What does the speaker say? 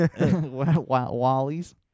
Wally's